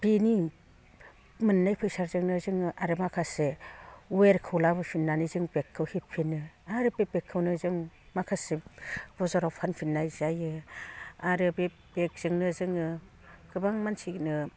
बेनि मोननाय फैसाजोंनो जोङो आरो माखासे वेरखौ लाबोफिननानै जों बेगखौ हेबफिनो आरो बे बेगखौनो जों माखासे बाजाराव फानफिननाय जायो आरो बे बेगजोंनो जोङो गोबां मानसिनो